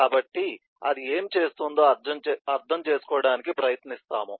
కాబట్టి అది ఏమి చేస్తుందో అర్థం చేసుకోవడానికి ప్రయత్నిస్తాము